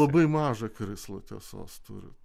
labai mažą krislą tiesos turi